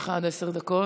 לך עד עשר דקות.